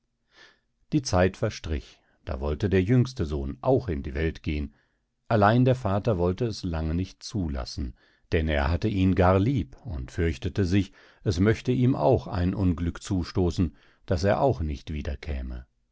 die zeit verstrich da wollte der jüngste sohn auch in die welt gehen allein der vater wollte es lange nicht zulassen denn er hatte ihn gar lieb und fürchte sich es möchte ihm auch ein unglück zustoßen daß er auch nicht